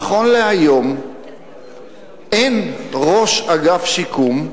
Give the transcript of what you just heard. נכון להיום אין ראש אגף שיקום.